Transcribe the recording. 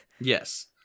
Yes